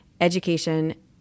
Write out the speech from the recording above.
education